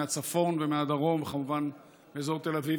מהצפון ומהדרום וכמובן מאזור תל אביב,